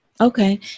Okay